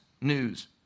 news